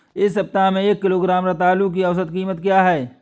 इस सप्ताह में एक किलोग्राम रतालू की औसत कीमत क्या है?